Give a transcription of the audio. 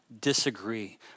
disagree